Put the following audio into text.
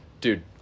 Dude